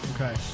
Okay